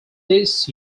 this